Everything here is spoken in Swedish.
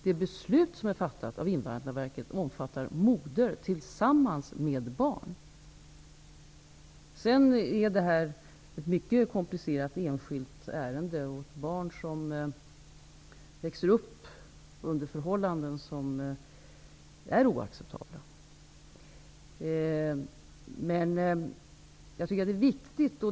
Det beslut som är fattat av Invandrarverket omfattar både moder och barn. Det här är ett mycket komplicerat enskilt ärende. Det är oacceptabelt att barn växer upp under under sådana förhållanden.